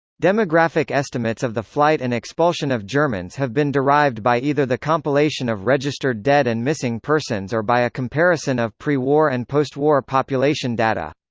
demographic estimates of the flight and expulsion of germans have been derived by either the compilation of registered dead and missing persons or by a comparison of pre-war and post-war population data.